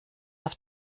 auf